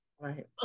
right